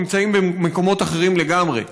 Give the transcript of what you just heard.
נמצאים במקומות אחרים לגמרי: